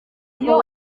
ngo